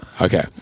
Okay